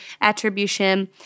attribution